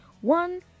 One